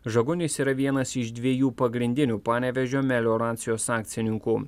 žagunis yra vienas iš dviejų pagrindinių panevėžio melioracijos akcininkų